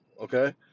okay